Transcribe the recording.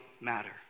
matter